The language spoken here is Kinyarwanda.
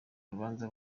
urubanza